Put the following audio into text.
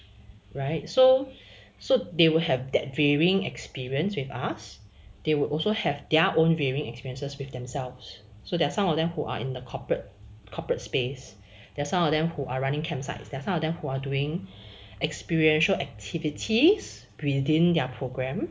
right so so they will have that varying experience with us they will also have their own varying experiences with themselves so that some of them who are in the corporate corporate space there some of them who are running campsite there are some of them who are doing experiential activities within their program